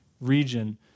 region